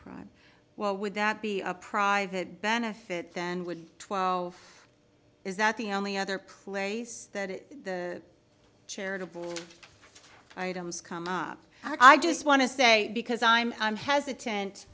prime well would that be a private benefit then would twelve is that the only other place that the charitable items come up i just want to say because i'm i'm hesitant